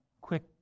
quick